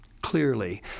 clearly